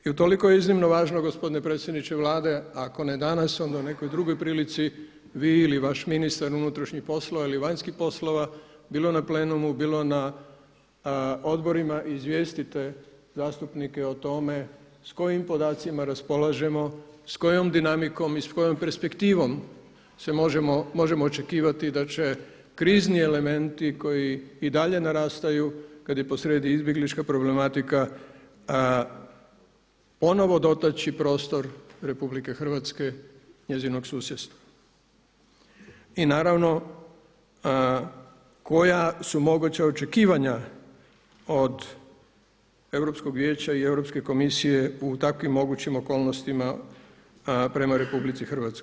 I utoliko je iznimno važno gospodine predsjedniče Vlade, ako ne danas onda u nekoj drugoj prilici, vi ili vaš ministar unutarnjih poslova ili vanjskih poslova, bilo na plenumu, bilo na odborima izvijestite zastupnike o tome s kojim podacima raspolažemo, s kojom dinamikom i s kojom perspektivom možemo očekivati da će krizni elementi koji i dalje narastaju kada je posrijedi izbjeglička problematika ponovno dotaći prostor RH, njezinog susjedstva i naravno koja su moguća očekivanja od Europskog vijeća i Europske komisije u takvim mogućim okolnostima prema RH.